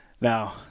Now